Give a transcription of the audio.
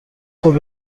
خوب